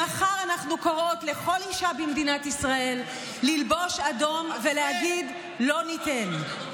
מחר אנחנו קוראות לכל אישה במדינת ישראל ללבוש אדום ולהגיד: לא ניתן.